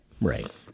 Right